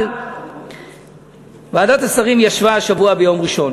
אבל ועדת השרים ישבה השבוע ביום ראשון